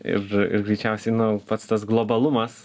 ir ir greičiausiai nu pats tas globalumas